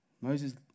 Moses